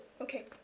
okay